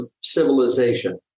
civilization